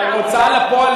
הוצאה לפועל,